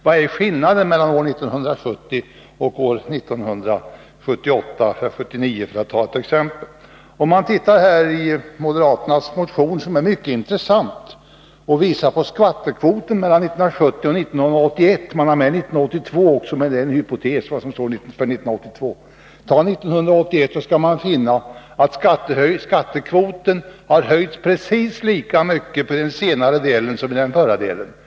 Vad är skillnaden mellan år 1970 och år 1978/79, för att ta ett exempel? Om man tittar i moderaternas motion, som är mycket intressant, vad avser skattekvoten mellan 1970 och 1981 — uppgifterna för 1982 är hypotetiska — skall man finna att skattekvoten för t.ex. 1981 har höjts precis lika mycket under den senare delen som under de aktuella åren.